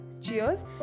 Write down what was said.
Cheers